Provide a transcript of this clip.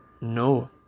no